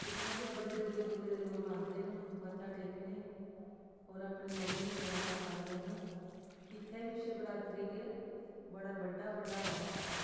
इत्थै बी बड़े दूरै दूरै दे लोग औंदे न मत्था टेकने गी होर अपने मनै दियां मरादां पांदे न इत्थै बी शिवरात्री गी बड़ा बड्डा भण्डारा होंदा ऐ